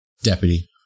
deputy